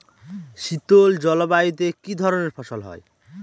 শীতল জলবায়ুতে কি ধরনের ফসল হয়?